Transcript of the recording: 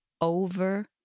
over